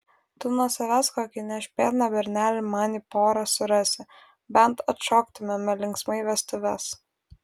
tu nuo savęs kokį nešpėtną bernelį man į porą surasi bent atšoktumėme linksmai vestuves